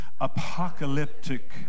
Apocalyptic